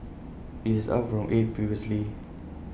this is up from eight previously